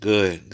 Good